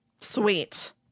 Sweet